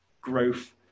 growth